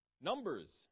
Numbers